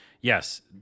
yes